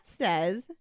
says